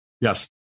Yes